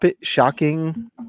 shocking